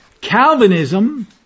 Calvinism